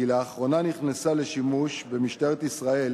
כי לאחרונה נכנסה לשימוש במשטרת ישראל